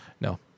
no